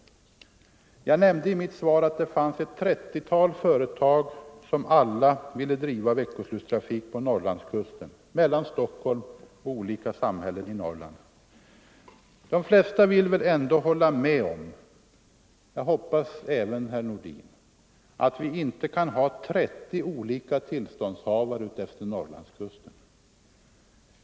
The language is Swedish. Jag = nämnde i mitt svar att det fanns ett 30-tal företag som alla ville driva — Ang. fjärrbusstrafiveckoslutstrafik mellan Stockholm och olika samhällen på Norrlands = ken i Norrlands kusten. De flesta — jag hoppas även herr Nordin — vill väl ändå hålla kustområde med mig om att vi inte kan ha 30 olika tillståndsinnehavare för trafik utefter Norrlandskusten.